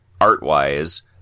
art-wise